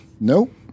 Nope